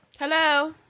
Hello